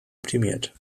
optimiert